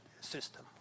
system